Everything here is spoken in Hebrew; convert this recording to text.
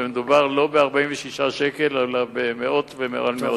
ולא מדובר ב-46 שקל אלא במאות ומאות שקלים.